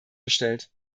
gestellt